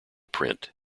print